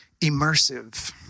immersive